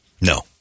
no